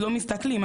לא מסתכלים,